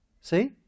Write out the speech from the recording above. See